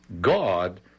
God